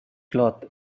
cloth